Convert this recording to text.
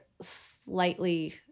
slightly